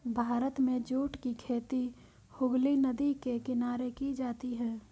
भारत में जूट की खेती हुगली नदी के किनारे की जाती है